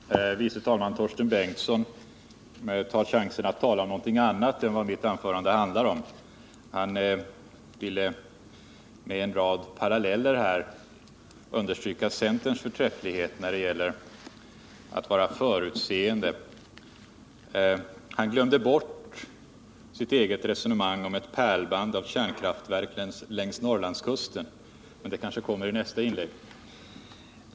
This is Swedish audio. Herr talman! Vice talman Torsten Bengtson tar chansen att tala om någonting annat än vad mitt anförande handlade om. Han ville med en rad paralleller understryka centerns förträfflighet när det gäller att vara förutseende. Han glömde bort sitt eget resonemang om ett pärlband av kärnkraftverk längs Norrlandskusten. Men det kanske kommer i nästa inlägg.